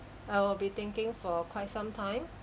I will be thinking for quite some time